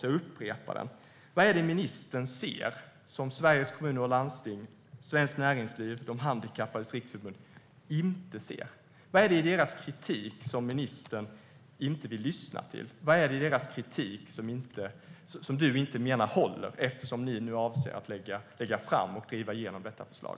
Jag upprepar min fråga. Vad är det ministern ser som Sveriges Kommuner och Landsting, Svenskt Näringsliv och De Handikappades Riksförbund inte ser? Vad är det i deras kritik som ministern inte vill lyssna till? Vad är det i deras kritik som ministern menar inte håller eftersom regeringen avser att lägga fram och driva igenom detta förslag?